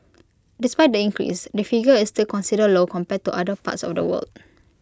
despite the increase the figure is still considered low compared to other parts of the world